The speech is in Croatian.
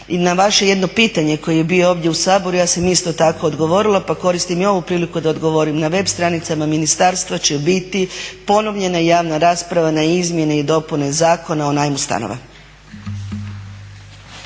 I na vaše jedno pitanje koje je bio ovdje u Saboru ja sam isto tako odgovorila pa koristim i ovu priliku da odgovorim. Na web stranicama ministarstva će biti ponovljena javna rasprava na izmjene i dopune Zakona o najmu stanova.